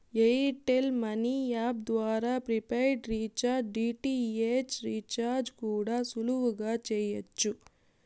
air tell money app ద్వారా prepaid recharge, DTH recharge కూడా సులువుగా చెయ్యచ్చు